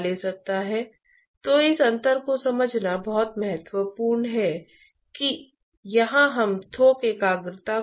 इसलिए बोइलिंगऔर कंडेंसशन बहुत महत्वपूर्ण भूमिका निभाता है